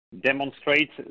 demonstrates